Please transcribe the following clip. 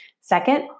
Second